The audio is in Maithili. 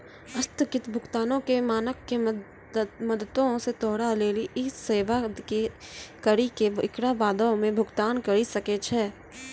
अस्थगित भुगतानो के मानक के मदतो से तोरा लेली इ सेबा दै करि के एकरा बादो मे भुगतान करि सकै छै